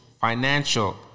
financial